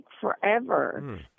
forever